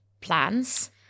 plans